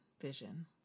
vision